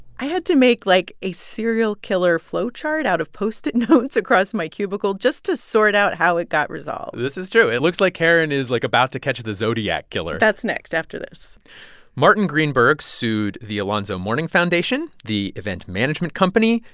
i had to make, like, a serial killer flowchart out of post-it notes across my cubicle just to sort out how it got resolved this is true. it looks like karen is, like, about to catch the zodiac killer that's next after this martin greenberg sued the alonzo mourning foundation, the event management company,